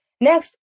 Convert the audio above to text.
Next